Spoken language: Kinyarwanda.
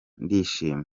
ndishimye